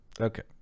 Okay